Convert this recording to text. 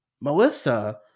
Melissa